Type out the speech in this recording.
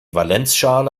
valenzschale